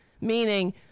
meaning